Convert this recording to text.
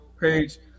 page